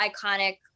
iconic